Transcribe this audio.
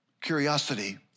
Curiosity